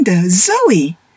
Zoe